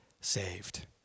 Saved